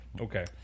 okay